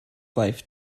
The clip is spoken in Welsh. gwaith